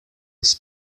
was